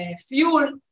fuel